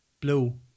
blue